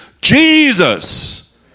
Jesus